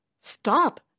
Stop